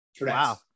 wow